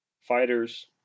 fighters